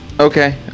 Okay